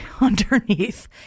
underneath